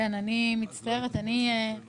אני לא מבינה,